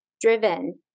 Driven